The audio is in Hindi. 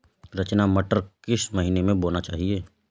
रचना मटर किस महीना में बोना चाहिए?